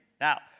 Now